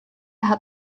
hat